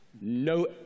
No